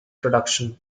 production